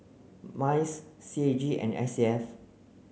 MICE C A G and S A F